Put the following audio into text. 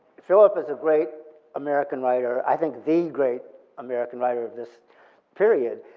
philip is a great american writer. i think the great american writer of this period.